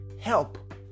help